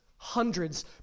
Hundreds